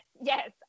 yes